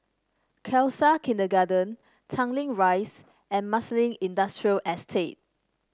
Khalsa Kindergarten Tanglin Rise and Marsiling Industrial Estate